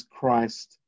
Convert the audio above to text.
Christ